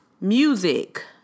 music